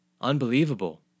Unbelievable